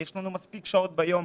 יש לנו מספיק שעות ביום,